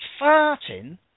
farting